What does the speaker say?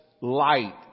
light